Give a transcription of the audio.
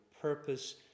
purpose